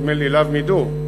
נדמה לי Love Me Do,